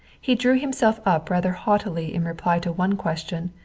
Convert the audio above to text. he drew himself up rather haughtily in reply to one question,